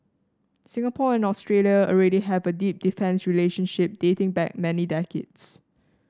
Singapore and Australia already have a deep defence relationship dating back many decades